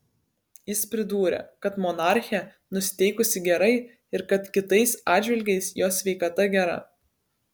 jis pridūrė kad monarchė nusiteikusi gerai ir kad kitais atžvilgiais jos sveikata gera